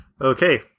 Okay